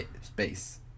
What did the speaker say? space